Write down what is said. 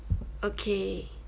okay